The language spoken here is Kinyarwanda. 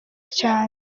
cyane